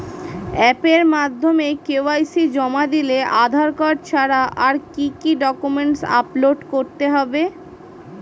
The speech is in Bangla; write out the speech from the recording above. অ্যাপের মাধ্যমে কে.ওয়াই.সি জমা দিলে আধার কার্ড ছাড়া আর কি কি ডকুমেন্টস আপলোড করতে হবে?